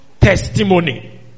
testimony